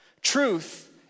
Truth